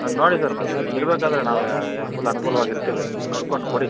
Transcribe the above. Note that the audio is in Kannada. ನೋಡಿ ಸರ್ ಮತ್ತೆ ಹಿಂಗಿರಬೇಕಾದ್ರೆ ನಾವು ಏನು ಫುಲ್ ಅನುಕೂಲವಾಗಿ ಇರ್ತೀವಿ ನೋಡ್ಕೊಂಡು ಕೊಡಿ